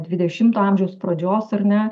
dvidešimto amžiaus pradžios ar ne